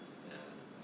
ya